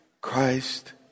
Christ